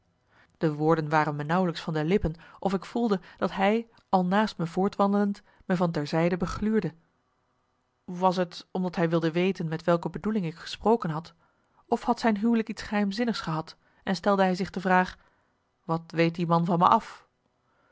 de woorden waren me nauwelijks van de lippen of ik voelde dat hij al naast me voortwandelend me van ter zijde begluurde was t omdat hij wilde weten met welke bedoeling ik gesproken had of had zijn huwelijk iets geheimzinnigs gehad en stelde hij zich de vraag wat weet die man van me af